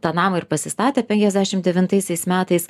tą namą ir pasistatė penkiasdešim devintaisiais metais